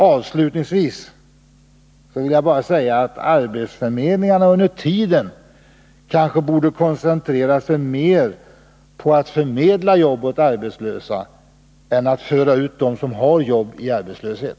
Avslutningsvis vill jag bara säga att arbetsförmedlingarna under tiden kanske borde koncentrera sig mer på att förmedla jobb åt arbetslösa än att föra ut dem som har jobb i arbetslöshet.